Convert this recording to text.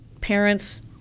parents